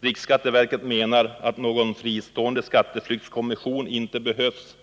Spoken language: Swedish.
Riksskatteverket menar att någon fristående skatteflyktskommission inte behövs.